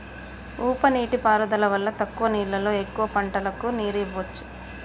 ఉప నీటి పారుదల వల్ల తక్కువ నీళ్లతో ఎక్కువ పంటలకు నీరు ఇవ్వొచ్చు